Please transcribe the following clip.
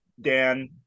Dan